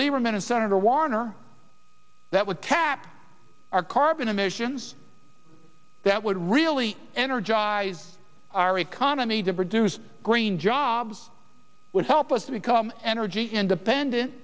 lieberman and senator warner that would cap our carbon emissions that would really energize our economy to produce green jobs would help us become energy independent